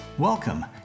Welcome